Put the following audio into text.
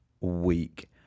week